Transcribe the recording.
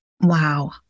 Wow